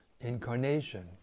incarnation